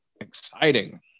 exciting